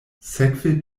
sekve